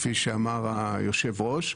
כפי שאמר היושב-ראש.